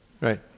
right